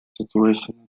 situation